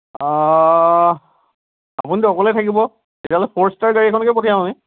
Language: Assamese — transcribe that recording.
আপুনিটো অকলে থাকিব তেতিয়াহলে ফ'ৰ ষ্টাৰ গাড়ীখনকে পঠিয়াম আমি